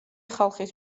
ხალხის